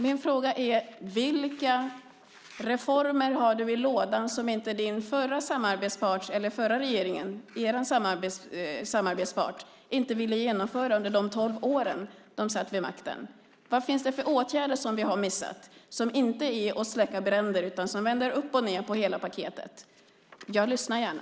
Min fråga är: Vilka reformer har du i lådan som inte den förra regeringen, er samarbetspartner, ville genomföra under de tolv år som de satt vid makten? Vad finns det för åtgärder som vi har missat som inte är att släcka bränder utan som vänder upp och ned på hela paketet? Jag lyssnar gärna.